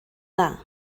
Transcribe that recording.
dda